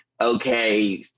Okay